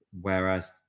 Whereas